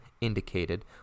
indicated